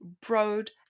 broad